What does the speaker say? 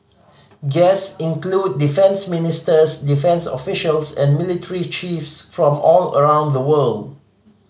guest included defence ministers defence officials and military chiefs from all around the world